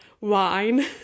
wine